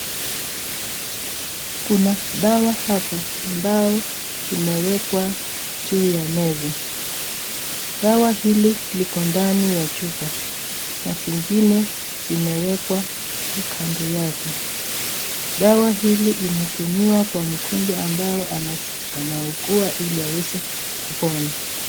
Kuna dawa hapa ambao imewekwa juu ya meza , dawa hili liko ndani ya chupa na zingine zimewekwa tu kando yake , dawa hili linatumiwa Kwa mgonjwa ambaye anauguwa hili aweze kupona.